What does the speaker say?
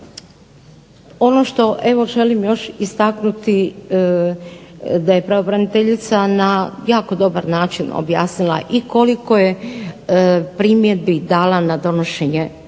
Ono što evo želim još istaknuti da je pravobraniteljica na jako dobar način objasnila i koliko je primjedbi dala na donošenje određenih